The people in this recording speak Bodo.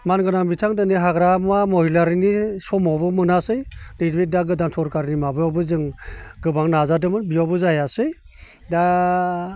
मानगोनां बिथां दिनै हाग्रामा महिलारिनि समावबो मोनासै नैबे दा गोदान सरखारनि माबायावबो जों गोबां नाजादोंमोन बियावबो जायासै दा